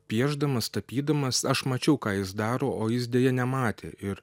piešdamas tapydamas aš mačiau ką jis daro o jis deja nematė ir